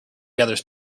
gathers